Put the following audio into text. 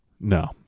No